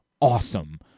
awesome